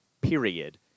period